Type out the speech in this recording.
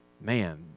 man